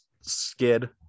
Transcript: skid